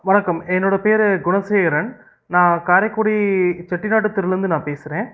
வணக்கம் என்னோட பேர் குணசேகரன் நான் காரைக்குடி செட்டிநாட்டு தெருவுலேருந்து நான் பேசுகிறேன்